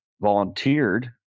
volunteered